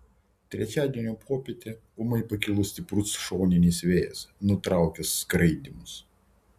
trečiadienio popietę ūmai pakilo stiprus šoninis vėjas nutraukęs skraidymus